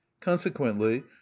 consequently